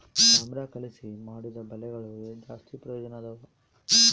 ತಾಮ್ರ ಕಲಿಸಿ ಮಾಡಿದ ಬಲೆಗಳು ಜಾಸ್ತಿ ಪ್ರಯೋಜನದವ